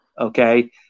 Okay